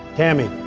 tammy,